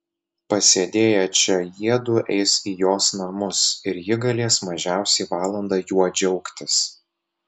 pasėdėję čia jiedu eis į jos namus ir ji galės mažiausiai valandą juo džiaugtis